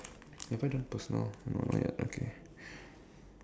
have I done personal no not yet okay